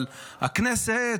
אבל הכנסת,